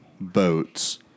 boats